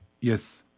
Yes